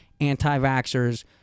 anti-vaxxers